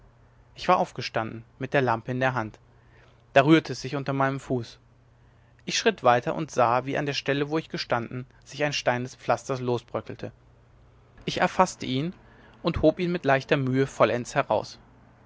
ich war aufgestanden mit der lampe in der hand da rührte es sich unter meinem fuß ich schritt weiter und sah wie an der stelle wo ich gestanden sich ein stein des pflasters losbröckelte ich erfaßte ihn und hob ihn mit leichter mühe vollends heraus